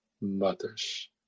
mothers